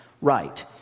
Right